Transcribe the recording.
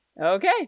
Okay